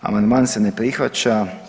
Amandman se ne prihvaća.